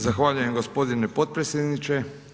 Zahvaljujem gospodine potpredsjedniče.